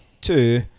two